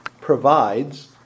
provides